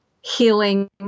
healing